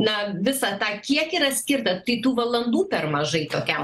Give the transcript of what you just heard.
na visą tą kiek yra skirta tai tų valandų per mažai tokiam